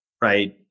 right